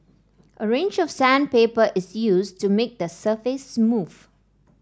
a range of sandpaper is used to make the surface smooth